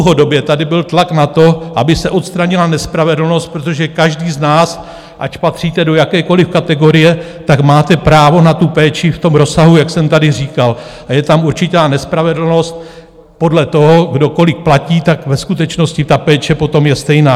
Dlouhodobě tady byl tlak na to, aby se odstranila nespravedlnost, protože každý z nás, ať patříte do jakékoliv kategorie, máte právo na tu péči v tom rozsahu, jak jsem tady říkal, a je tam určitá nespravedlnost podle toho, kdo kolik platí, tak ve skutečnosti ta péče potom je stejná.